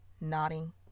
nodding